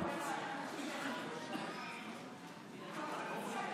של קבוצת